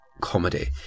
comedy